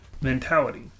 mentality